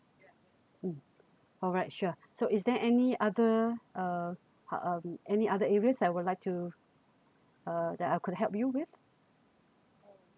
mm alright sure so is there any other uh um any other areas that would like to uh that I could help you with